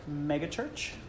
megachurch